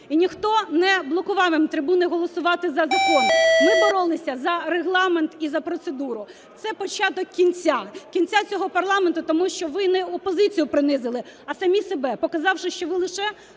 і ніхто не блокував їм трибуни голосувати за закон. Ми боролися за Регламент і за процедуру. Це початок кінця, кінця цього парламенту, тому що ви не опозицію принизили, а самі себе, показавши, що ви лише